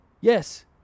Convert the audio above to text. yes